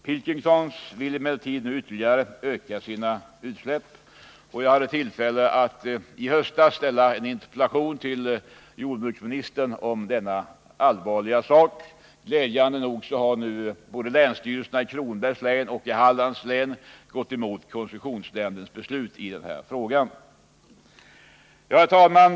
Pilkingtons vill emellertid nu ytterligare öka sina utsläpp. Jag hade i höstas tillfälle att ställa en interpellation till jordbruksministern om denna allvarliga fråga. Glädjande nog har nu länsstyrelserna både i Kronobergs län och i Hallands län gått emot koncessionsnämndens beslut i ärendet. Herr talman!